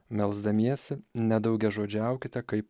melsdamiesi nedaugiažodžiaukite kaip